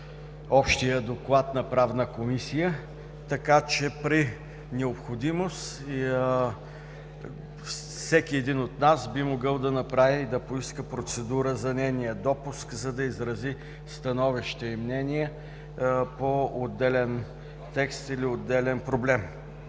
Общия доклад на Правна комисия, така че при необходимост всеки един от нас би могъл да направи и да поиска процедура за нейния допуск, за да изрази становище и мнение по отделен текст или отделен проблем.